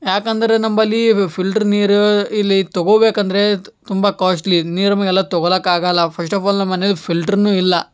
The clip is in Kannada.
ಯಾಕಂದ್ರೆ ನಮ್ಮಲ್ಲಿ ಫಿಲ್ಟ್ರ್ ನೀರು ಇಲ್ಲಿ ತಗೊಬೇಕಂದರೆ ತುಂಬ ಕಾಸ್ಟ್ಲಿ ನೀರು ನಮಗೆಲ್ಲ ತಗೊಳಕಾಗಲ್ಲ ಫಸ್ಟ್ ಆಫ್ ಆಲ್ ನಮ್ಮ ಮನೇಲಿ ಫಿಲ್ಟ್ರ್ನು ಇಲ್ಲ